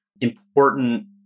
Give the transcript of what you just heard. important